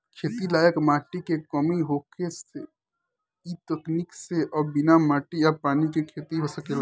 खेती लायक माटी के कमी होखे से इ तकनीक से अब बिना माटी आ पानी के खेती हो सकेला